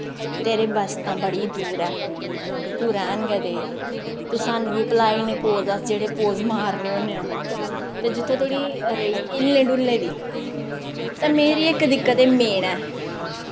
तेरे बस तों बड़ी दूर ऐ तूं रैह्न गै दे तूं सानूं बी भलाई ओड़ने अस पोज़ जेह्ड़े पोज अस मारने होन्ने आं ते जित्थें धोड़ी रेही हिल्लने डुल्लने दी ते मेरी इक दिक्कत एह् मेन ऐ